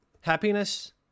happiness